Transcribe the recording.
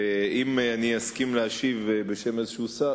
ואם אסכים להשיב בשם שר כלשהו,